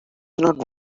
not